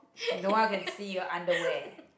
don't want can see your underwear